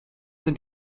sind